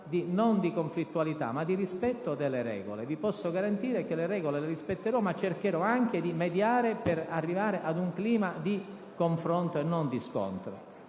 non di conflittualità, ma di rispetto delle regole. Vi posso garantire che le regole le rispetterò, ma cercherò anche di mediare per arrivare ad un clima di confronto e non di scontro.